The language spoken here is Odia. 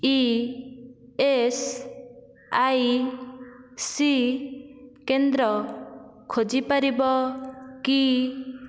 ଇ ଏସ୍ ଆଇ ସି କେନ୍ଦ୍ର ଖୋଜିପାରିବ କି